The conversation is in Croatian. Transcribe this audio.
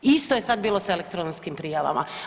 Isto je sada bilo s elektronskim prijavama.